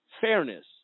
fairness